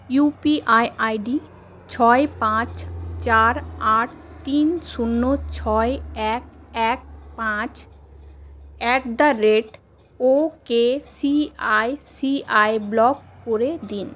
you P I I D ছয় পাঁচ চার আট তিন শূন্য ছয় এক এক পাঁচ at the rate O K C I C I block করে দিন